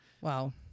Wow